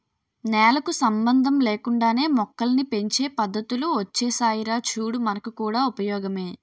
నేలకు సంబంధం లేకుండానే మొక్కల్ని పెంచే పద్దతులు ఒచ్చేసాయిరా చూడు మనకు కూడా ఉపయోగమే